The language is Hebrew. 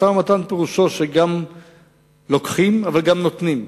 משא-ומתן פירושו שגם לוקחים אבל גם נותנים.